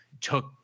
took